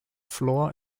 floor